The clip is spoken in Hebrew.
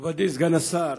מכובדי סגן השר,